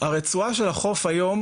הרצועה של החוף היום,